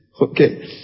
Okay